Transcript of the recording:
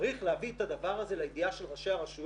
צריך להביא את הדבר הזה לידיעה של ראשי הרשויות.